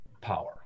power